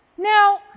Now